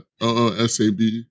oosab